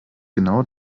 genau